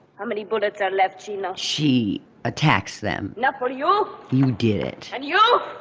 how many bullets are left? you know, she attacks them. not for you. um you did it. and you. ah